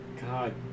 God